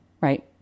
right